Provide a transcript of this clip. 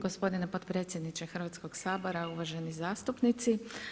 Gospodine potpredsjedniče Hrvatskog sabora, uvaženi zastupnici.